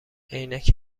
عینک